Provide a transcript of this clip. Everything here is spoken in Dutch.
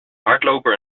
hardloper